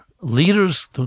Leaders